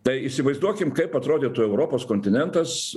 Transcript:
tai įsivaizduokim kaip atrodytų europos kontinentas